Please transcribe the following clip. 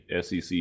SEC